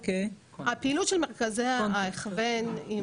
הפעילות של מרכזי ההכוון,